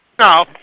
No